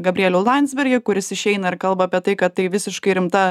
gabrielių landsbergį kuris išeina ir kalba apie tai kad tai visiškai rimta